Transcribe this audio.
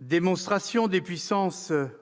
Démonstration de la puissance des